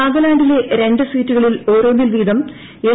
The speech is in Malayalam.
നാഗാലാൻഡിലെ രണ്ടു സീറ്റുകളിൽ ഓരോന്നിൽ വീതം എൻ